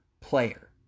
player